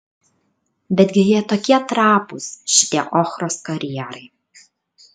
betgi jie tokie trapūs šitie ochros karjerai